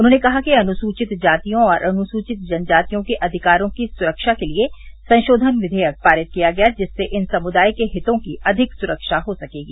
उन्होंने कहा कि अनुसचित जातियों और अनुसचित जनजातियों के अधिकारों की सुरक्षा के लिए संशोधन विघेयक पारित किया गया जिससे इन समुदार्यो के हितों की अधिक सुरक्षा हो सकेगी